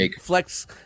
flex